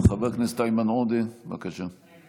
חבר הכנסת איימן עודה, בבקשה.